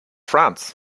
france